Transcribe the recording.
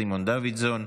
סימון דוידסון,